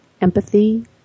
empathy